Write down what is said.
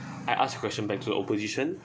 I ask question back to the opposition